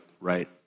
right